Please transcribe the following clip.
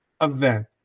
event